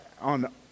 on